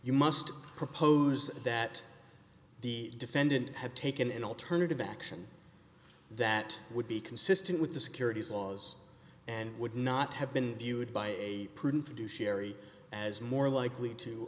you must propose that the defendant have taken an alternative action that would be consistent with the securities laws and would not have been viewed by a prudent to do sherry as more likely to